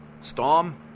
Storm